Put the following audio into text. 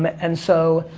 and so,